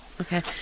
Okay